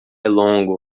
longo